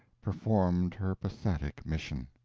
performed her pathetic mission.